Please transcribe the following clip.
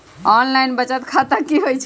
Online बचत खाता की होई छई?